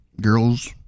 girls